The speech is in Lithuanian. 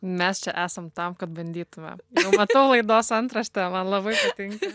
mes čia esam tam kad bandytume jau matau laidos antraštę man labai patinka